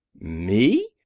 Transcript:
me!